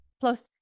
Plus